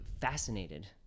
fascinated